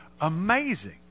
amazing